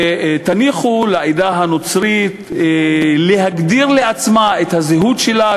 ותניחו לעדה הנוצרית להגדיר לעצמה את הזהות שלה,